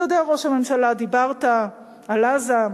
אתה יודע, ראש הממשלה, דיברת על עזה,